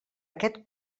aquest